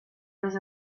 was